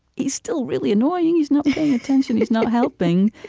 he's still really annoying. he's not paying attention. he's not helping.